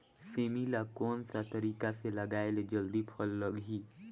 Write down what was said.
सेमी ला कोन सा तरीका से लगाय ले जल्दी फल लगही?